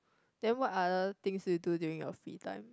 then what other things do you do doing your free time